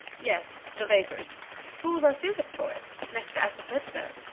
yes, the vapours fools are physic for it, next to assafoetida.